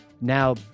now